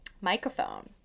microphone